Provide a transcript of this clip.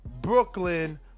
Brooklyn